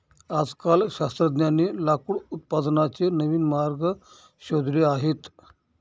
आजकाल शास्त्रज्ञांनी लाकूड उत्पादनाचे नवीन मार्ग शोधले आहेत